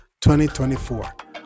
2024